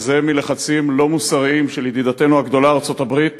וזה מלחצים לא מוסריים של ידידתנו הגדולה ארצות-הברית,